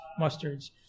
mustards